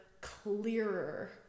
clearer